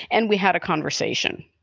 and we had a conversation.